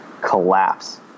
collapse